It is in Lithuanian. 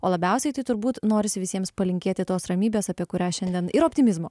o labiausiai tai turbūt norisi visiems palinkėti tos ramybės apie kurią šiandien ir optimizmo